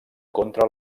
contra